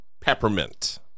peppermint